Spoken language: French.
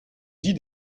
dix